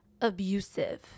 abusive